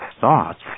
thoughts